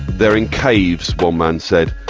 they're in caves, one man said.